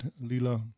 Lila